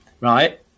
Right